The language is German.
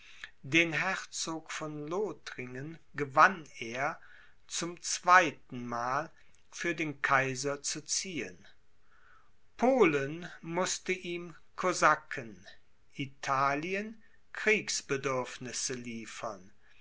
den herzog von lothringen gewann er zum zweitenmal für den kaiser zu ziehen polen mußte ihm kosaken italien kriegsbedürfnisse liefern